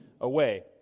away